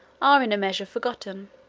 are in a measure forgotten.